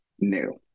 new